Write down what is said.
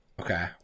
Okay